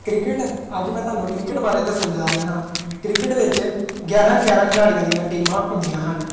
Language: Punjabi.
ਕ੍ਰਿਕਟ ਅੱਜ ਮੈਂ ਤੁਹਾਨੂੰ ਕ੍ਰਿਕਟ ਬਾਰੇ ਦੱਸਣ ਜਾ ਰਿਹਾ ਹਾਂ ਕ੍ਰਿਕਟ ਵਿੱਚ ਗਿਆਰਾਂ ਗਿਆਰਾਂ ਖਿਲਾੜੀਆਂ ਦੀਆਂ ਟੀਮਾਂ ਹੁੰਦੀਆਂ ਹਨ